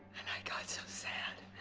got so sad,